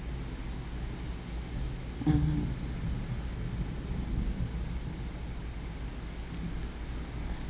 mmhmm